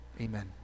Amen